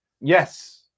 yes